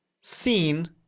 seen